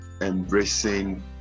embracing